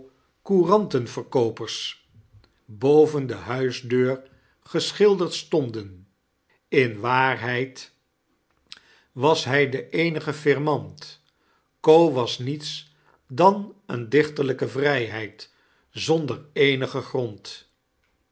courantenverkoopers kerstvert ellingen boven de uhisdeur geschilderd stonden in waarheid was hij de eenige firmamt co was niets dan een dichterlijke vrijheid zonder eenigen grond